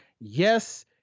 Yes